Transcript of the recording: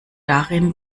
darin